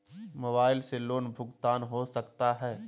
Mobile से loan भुगतान हो सकता है?